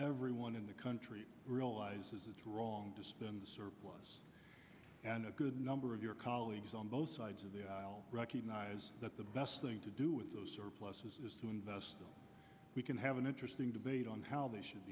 everyone in the country realizes it's wrong to spend the surplus and a good number of your colleagues on both sides of the aisle recognize that the best thing to do with those surpluses is to invest we can have an interesting debate on how they should